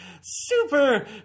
super